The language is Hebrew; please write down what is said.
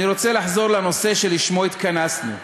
אני רוצה לחזור לנושא שלשמו התכנסנו.